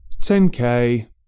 10k